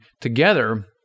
together